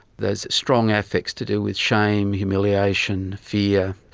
there's strong affects to do with shame, humiliation, fear,